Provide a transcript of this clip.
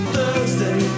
Thursday